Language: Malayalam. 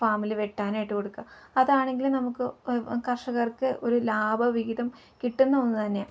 ഫാമിൽ വെട്ടാനായിട്ട് കൊടുക്കുക അതാണെങ്കിൽ നമുക്ക് ക കർഷകർക്ക് ഒരു ലാഭ വിഹിതം കിട്ടുന്ന ഒന്നു തന്നെയാണ്